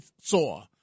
saw